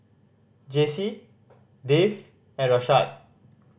Jessy Dave and Rashaad